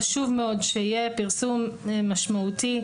חשוב מאוד שיהיה פרסום משמעותי,